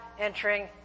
entering